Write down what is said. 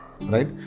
right